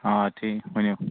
ہاں ٹھیٖک ؤنِو